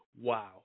Wow